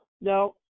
no